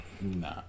Nah